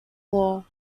law